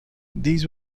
these